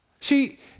See